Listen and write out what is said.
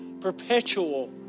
perpetual